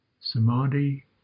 samadhi